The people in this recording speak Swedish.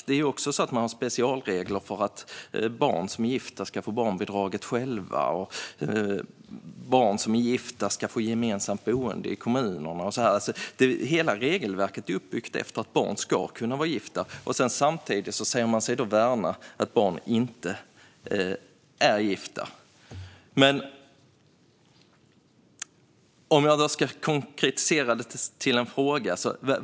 Man har till exempel specialregler för att barn som är gifta ska få barnbidraget själva, och barn som är gifta ska få gemensamt boende i kommunerna. Hela regelverket är uppbyggt utifrån att barn ska kunna vara gifta. Samtidigt säger man sig värna att barn inte får gifta sig. Låt mig konkretisera det hela till en fråga.